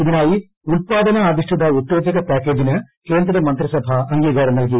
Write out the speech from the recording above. ഇതിനായി ഉല്പാദനാധിഷ്ഠിത ഉത്തേജക പാക്കേജിന് കേന്ദ്രമന്ത്രിസഭ അംഗീകാരം നല്കി